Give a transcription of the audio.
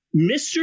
mr